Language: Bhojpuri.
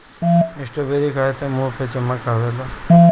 स्ट्राबेरी खाए से मुंह पे चमक आवेला